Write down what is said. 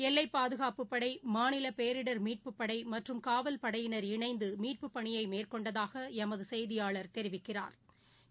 எல்லைபாதுகாப்புப்படை மாநிலபேரிடர் மீட்புப் படைமற்றும் காவல்படையினர் இணைந்துமீட்புப் பணியைமேற்கொண்டதாகளமதுசெய்தியாளா் தெரிவிக்கிறாா்